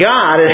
God